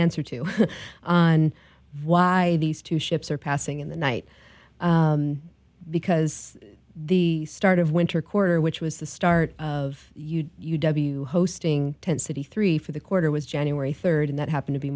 answer to on why these two ships are passing in the night because the start of winter quarter which was the start of you hosting tent city three for the quarter was january third and that happened to be